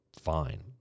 fine